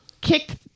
kicked